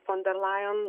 fon der lajon